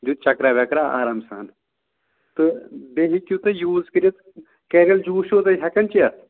دیُت چکرا وٮ۪کرا آرام سان تہٕ بیٚیہِ ہیٚکِو تُہۍ یوٗز کٔرِتھ کٮ۪ریلہٕ جوٗس چھُوا تُہۍ ہٮ۪کان چٮ۪تھ